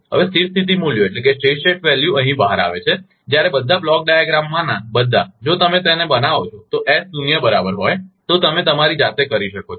હવે સ્થિર સ્થિતી મૂલ્યો અહીં બહાર આવે છે જ્યારે બધા બ્લોક ડાયાગ્રામમાંના બધા જો તમે તેને બનાવો છો તો એસ શૂન્ય બરાબર હોય તો તમે તમારી જાતે કરી શકો છો